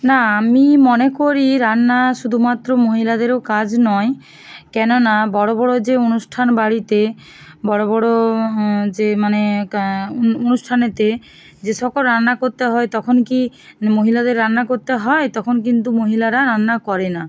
না আমি মনে করি রান্না শুধুমাত্র মহিলাদেরও কাজ নয় কেননা বড়ো বড়ো যে অনুষ্ঠান বাড়িতে বড়ো বড়ো যে মানে কা অনুষ্ঠানেতে যে সকল রান্না করতে হয় তখন কি মহিলাদের রান্না করতে হয় তখন কিন্তু মহিলারা রান্না করে না